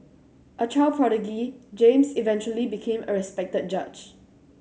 a child prodigy James eventually became a respected judge